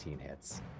hits